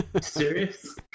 Serious